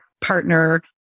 partner